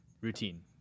routine